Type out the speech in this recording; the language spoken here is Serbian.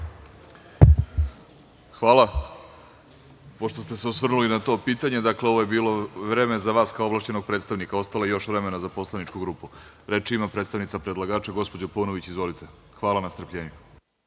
Hvala. Pošto ste se osvrnuli na to pitanje, dakle, ovo je bilo vreme za vas kao ovlašćenog predstavnika. Ostalo je još vremena za poslaničku grupu. Reč ima predstavnica predlagača gospođa Paunović. Izvolite. **Snežana